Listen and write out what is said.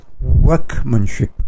workmanship